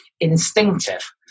instinctive